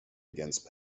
against